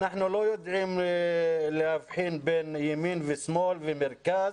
אנחנו לא יודעים להבחין בין ימין ושמאל ומרכז.